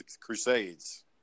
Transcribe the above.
crusades